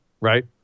right